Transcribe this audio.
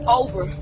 over